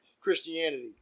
Christianity